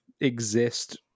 exist